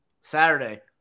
Saturday